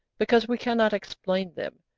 because we cannot explain them,